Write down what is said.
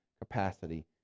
capacity